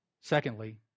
Secondly